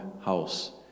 house